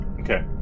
Okay